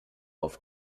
auf